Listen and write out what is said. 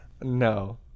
No